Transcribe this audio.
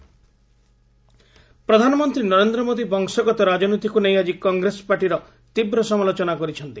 PM ପ୍ରଧାନମନ୍ତ୍ରୀ ନରେନ୍ଦ୍ର ମୋଦି ବଂଶଗତ ରାଜନୀତିକୁ ନେଇ ଆଜି କଂଗ୍ରେସ ପାର୍ଟିର ତୀବ୍ର ସମାଲୋଚନା କରିଛନ୍ତି